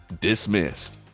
dismissed